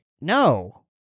No